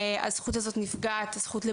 כל עוד אין ארגון הולם בתוך הרשות כדי